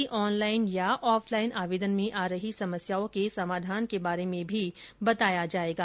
साथ ही अहनलाइन अथवा अहफलाइन आवेदन में आ रही समस्याओं के समाधान के बारे में भी बताया जाएगा